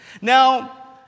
Now